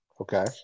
Okay